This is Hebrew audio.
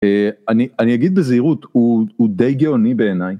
אני אגיד בזהירות, הוא די גאוני בעיניי.